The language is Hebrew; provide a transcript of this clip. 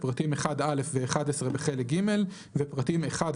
פרטים (1א) ו-(11) בחלק ג' ופרטים (1),